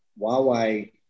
huawei